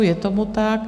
Je tomu tak.